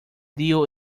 dio